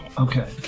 Okay